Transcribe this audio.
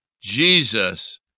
Jesus